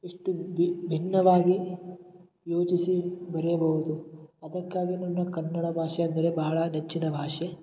ಇಷ್ಟು ಭಿನ್ನವಾಗಿ ಯೋಚಿಸಿ ಬರೆಯಬಹುದು ಅದಕ್ಕಾಗಿ ನನ್ನ ಕನ್ನಡ ಭಾಷೆ ಅಂದರೆ ಬಹಳ ನೆಚ್ಚಿನ ಭಾಷೆ